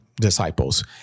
disciples